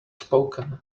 spoken